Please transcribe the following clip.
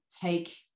take